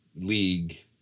league